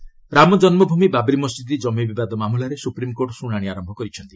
SC Ayodhya Ram Janmabhoomi Babri Masjid ଜମି ବିବାଦ ମାମଲାରେ ସୁପ୍ରିମ୍କୋର୍ଟ ଶୁଣାଣି ଆରମ୍ଭ କରିଛନ୍ତି